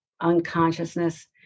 unconsciousness